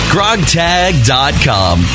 GrogTag.com